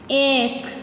एक